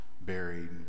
buried